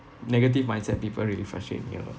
negative mindset people really frustate me a lot